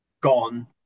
gone